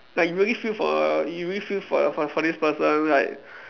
like you really feel for you really feel for for this person like